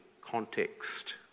context